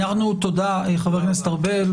תודה, חבר הכנסת ארבל.